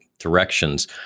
directions